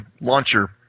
launcher